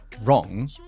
wrong